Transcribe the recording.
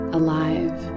alive